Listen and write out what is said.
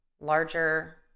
larger